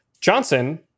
Johnson